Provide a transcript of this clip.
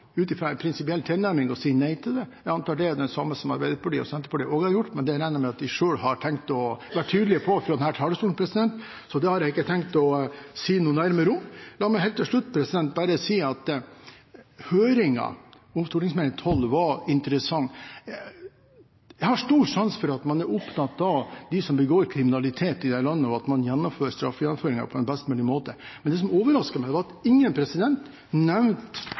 ut fra en prinsipiell tilnærming, å si nei til det. Jeg antar at det er det samme med Arbeiderpartiet og Senterpartiet. Det regner jeg med at de selv har tenkt å være tydelige på fra denne talerstolen, så det har jeg ikke tenkt å si noe nærmere om. La meg helt til slutt si at høringen om Meld. St. 12 var interessant. Jeg har stor sans for at man er opptatt av dem som begår kriminalitet i dette landet, og at straffegjennomføringen skjer på en best mulig måte. Men det som overrasker meg, var at ingen nevnte